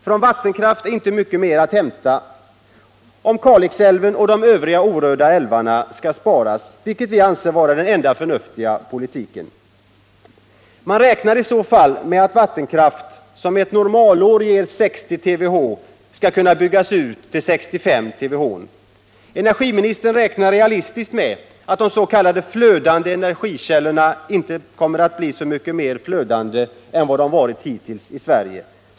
Från vattenkraften är inte mycket mer att hämta om Kalixälven och de övriga orörda älvarna sparas, vilket vi anser vara den enda förnuftiga politiken. Man räknar i så fall med att vattenkraften, som ett normalår ger 60 TWh, kan byggas ut till 65 TWh. Energiministern räknar realistiskt med att de s.k. flödande energikällorna inte blir mycket mer flödande än de varit hittills i Sverige.